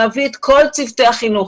להביא את כל צוותי החינוך.